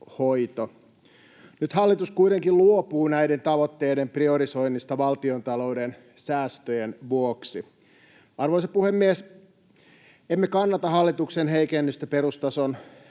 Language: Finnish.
Nyt hallitus kuitenkin luopuu näiden tavoitteiden priorisoinnista valtiontalouden säästöjen vuoksi. Arvoisa puhemies! Emme kannata hallituksen heikennystä perustason